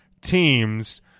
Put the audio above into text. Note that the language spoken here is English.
teams